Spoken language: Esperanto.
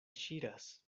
ŝiras